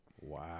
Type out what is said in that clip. Wow